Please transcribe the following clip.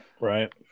Right